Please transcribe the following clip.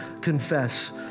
confess